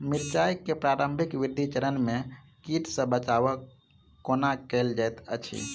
मिर्चाय केँ प्रारंभिक वृद्धि चरण मे कीट सँ बचाब कोना कैल जाइत अछि?